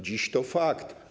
Dziś to fakt.